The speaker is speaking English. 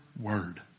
Word